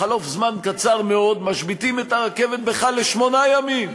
בחלוף זמן קצר מאוד משביתים את הרכבת בכלל לשמונה ימים,